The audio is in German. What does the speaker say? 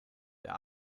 der